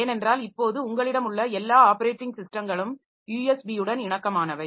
ஏனென்றால் இப்போது உங்களிடம் உள்ள எல்லா ஆப்பரேட்டிங் ஸிஸ்டங்களும் யூஎஸ்பியுடன் இணக்கமானவை